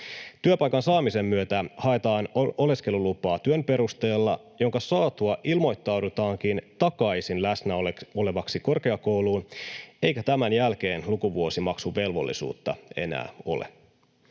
Työpaikan saamisen myötä haetaan oleskelulupaa työn perusteella, jonka saatua ilmoittaudutaankin takaisin läsnäolevaksi korkeakouluun, eikä tämän jälkeen lukuvuosimaksuvelvollisuutta enää ole.